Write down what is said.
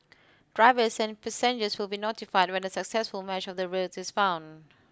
drivers and passengers will be notified when a successful match of the route is found